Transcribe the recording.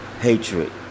hatred